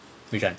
which [one]